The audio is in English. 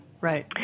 Right